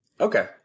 Okay